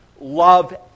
love